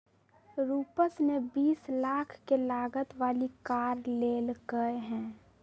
रूपश ने बीस लाख के लागत वाली कार लेल कय है